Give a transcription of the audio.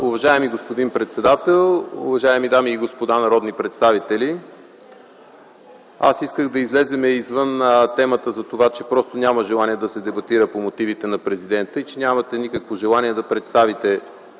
Уважаеми господин председател, уважаеми дами и господа народни представители! Аз исках да излезем извън темата за това, че просто няма желание да се дебатира по мотивите на Президента и че нямате никакво желание да представите